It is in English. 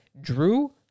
drew